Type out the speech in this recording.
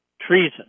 treason